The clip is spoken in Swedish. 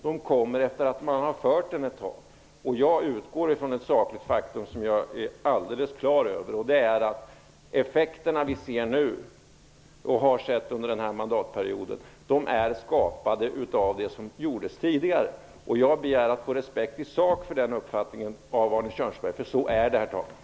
De kommer efter att politiken har förts ett tag. Jag utgår från ett sakligt faktum som jag är alldeles klar över, nämligen att effekterna som vi ser nu och har sett under denna mandatperiod skapades av den politik som fördes tidigare. Jag begär att få respekt för den uppfattningen. Så är det, herr talman!